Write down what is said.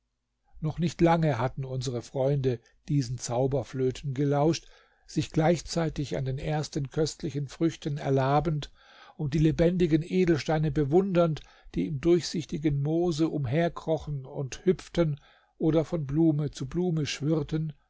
noch nicht lange hatten unsre freunde diesen zauberflöten gelauscht sich gleichzeitig an den ersten köstlichen früchten erlabend und die lebendigen edelsteine bewundernd die im durchsichtigen moose umherkrochen und hüpften oder von blume zu blume schwirrten